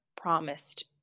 promised